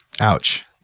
Ouch